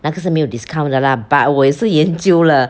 那个是没有 discount 的 lah but 我也是研究了